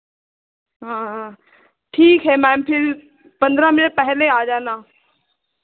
ठीक है मैम फिर पंद्रह मिनट पहले आ जाना